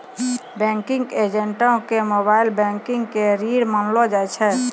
banking एजेंटो के mobile banking के रीढ़ मानलो जाय छै